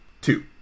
two